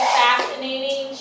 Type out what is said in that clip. fascinating